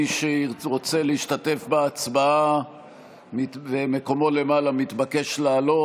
מי שרוצה להשתתף בהצבעה ומקומו למעלה מתבקש לעלות.